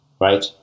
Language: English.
Right